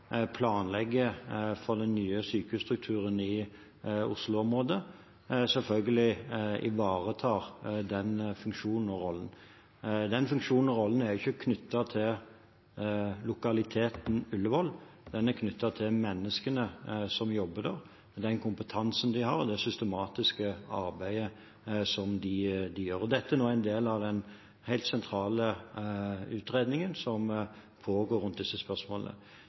for den nye sykehusstrukturen i Oslo-området, selvfølgelig ivaretar den funksjonen og rollen. Den funksjonen og rollen er jo ikke knyttet til lokaliteten Ullevål, den er knyttet til menneskene som jobber der, den kompetansen de har, og det systematiske arbeidet som de gjør. Dette er nå en del av den helt sentrale utredningen som pågår rundt disse spørsmålene.